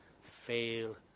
fail